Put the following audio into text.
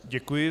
Děkuji.